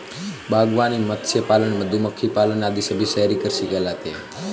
बागवानी, मत्स्य पालन, मधुमक्खी पालन आदि सभी शहरी कृषि कहलाते हैं